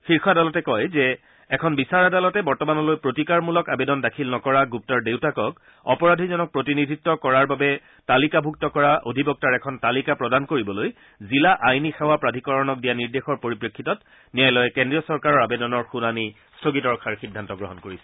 শীৰ্ষ আদালতে কয় যে এখন বিচাৰ আদালতে বৰ্তমানলৈ প্ৰতিকাৰমূলক আবেদন দাখিল নকৰা গুপ্তাৰ দেউতাকক অপৰাধীজনক প্ৰতিনিধিত্ব কৰাৰ বাবে তালিকাভুক্ত অধিবক্তাৰ এখন তালিকা প্ৰদান কৰিবলৈ জিলা আইনী সেৱা প্ৰাধিকৰণক দিয়া নিৰ্দেশৰ পৰিপ্ৰেক্ষিতত ন্যায়ালয়ে কেন্দ্ৰীয় চৰকাৰৰ আবেদনৰ শুনানি স্থগিত ৰখাৰ সিদ্ধান্ত গ্ৰহণ কৰিছে